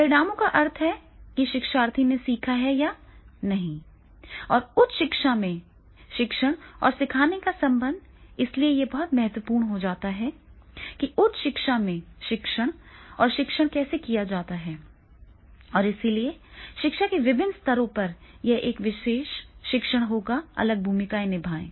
परिणामों का अर्थ है कि शिक्षार्थी ने सीखा है या नहीं और उच्च शिक्षा में शिक्षण और सीखने का संबंध इसलिए यह बहुत महत्वपूर्ण हो जाता है कि उच्च शिक्षा में शिक्षण और शिक्षण कैसे किया जाता है और इसलिए शिक्षा के विभिन्न स्तरों पर यह विशेष शिक्षण होगा अलग भूमिका निभाएं